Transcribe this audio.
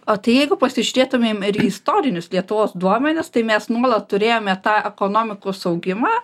o tai jeigu pasižiūrėtumėm ir į istorinius lietuvos duomenis tai mes nuolat turėjome tą ekonomikos augimą